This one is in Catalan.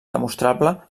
demostrable